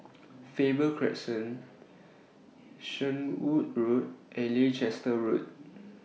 Faber Crescent Shenvood Road and Leicester Road